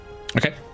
Okay